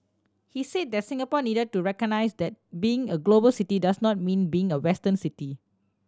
he said that Singapore needed to recognise that being a global city does not mean being a Western city